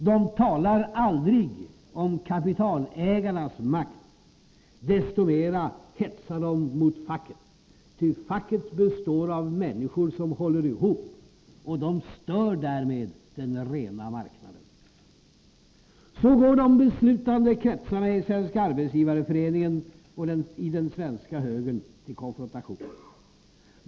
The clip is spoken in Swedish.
De talar aldrig om kapitalägarnas makt. Desto mera hetsar de mot facket. Ty facket består av människor som håller ihop, och de stör därmed den rena marknaden. Så går de beslutande kretsarna i Svenska arbetsgivareföreningen och i den svenska högern till konfrontation.